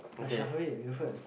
must shuffle it Wilfred